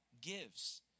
gives